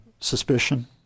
suspicion